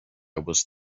was